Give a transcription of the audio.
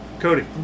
Cody